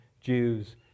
Jews